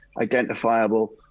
identifiable